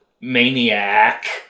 Maniac